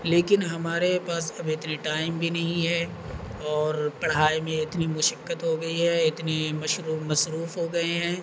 لیکن ہمارے پاس اب اتنی ٹائم بھی نہیں ہے اور پڑھائی میں اتنی مشقت ہو گئی ہے اتنے مشرو مصروف ہو گئے ہیں